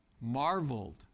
marveled